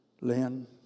Lynn